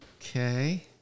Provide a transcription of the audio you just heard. Okay